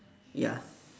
ya